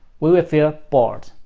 we will feel bored.